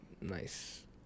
Nice